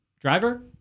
Driver